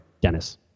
Dennis